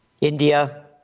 India